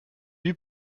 lui